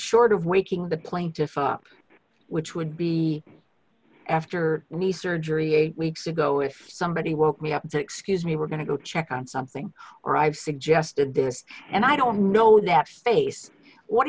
short of waking the plaintiff up which would be after knee surgery eight weeks ago if somebody work me up excuse me we're going to go check on something or i've suggested and i don't know that face what